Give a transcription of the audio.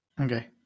Okay